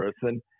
person